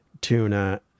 tuna